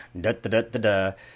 da-da-da-da-da